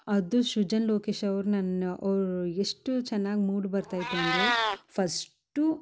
ಅದು ಸೃಜನ್ ಲೋಕೇಶ್ ಅವ್ರು ನನ್ನ ಅವ್ರ ಎಷ್ಟು ಚೆನ್ನಾಗಿ ಮೂಡಿ ಬರ್ತಾಯಿತ್ತು ಅಂದರೆ ಫಸ್ಟು